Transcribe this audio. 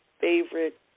favorite